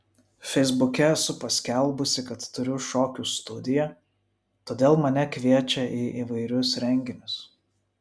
feisbuke esu paskelbusi kad turiu šokių studiją todėl mane kviečia į įvairius renginius